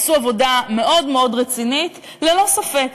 עשו עבודה מאוד מאוד רצינית, ללא ספק.